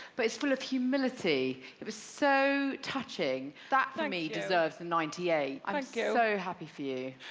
but it's full of humility. it was so touching. that, for me, deserves ninety eight, i'm so happy for you.